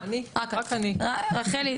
רפ״ק,